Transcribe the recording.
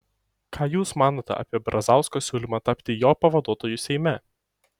ką jūs manote apie brazausko siūlymą tapti jo pavaduotoju seime